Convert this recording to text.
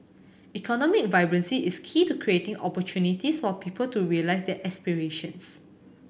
economic vibrancy is key to creating opportunities for people to realise their aspirations